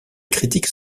critiques